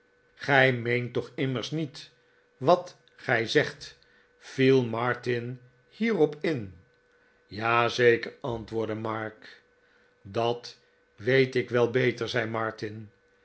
gij meent toch immers niet wat gij zegt viel martin hierop in ja zeker antwoordde mark dat weet ik wel beter zei martin